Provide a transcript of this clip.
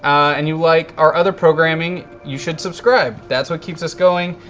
and you like our other programming, you should subscribe, that's what keeps us going.